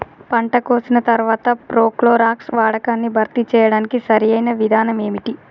పంట కోసిన తర్వాత ప్రోక్లోరాక్స్ వాడకాన్ని భర్తీ చేయడానికి సరియైన విధానం ఏమిటి?